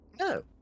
no